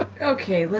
okay,